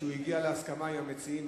שהוא הגיע להסכמה עם המציעים,